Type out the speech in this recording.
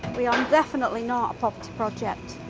we are definitely not a poverty project,